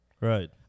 Right